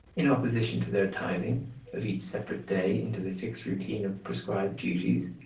in opposition to their tithing of each separate day into the fixed routine of prescribed duties,